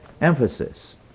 emphasis